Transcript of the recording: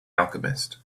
alchemist